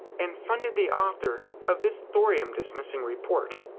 and funded the author of this thorium dismissing report.